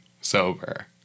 sober